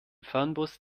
fernbus